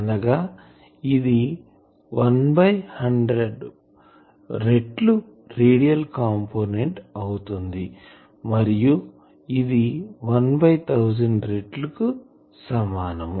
అనగా ఇది 1100 రెట్లు రేడియల్ కంపోనెంట్ అవుతుంది మరియు ఇది 1 1000 రెట్ల కు సమానం